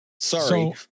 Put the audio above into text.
Sorry